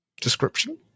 description